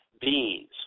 Beans